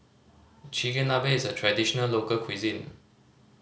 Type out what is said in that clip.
chigenabe is a traditional local cuisine